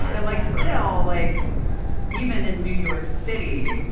and like still like even in new york city,